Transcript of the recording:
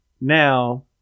now